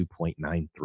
2.93